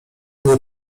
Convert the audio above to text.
nie